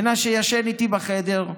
מנשה ישן איתי בחדר,